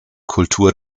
kultur